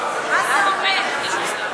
מה זה אומר, חוסר האמון הזה?